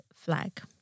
flag